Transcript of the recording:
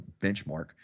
benchmark